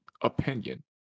opinion